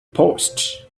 paused